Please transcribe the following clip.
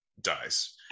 dies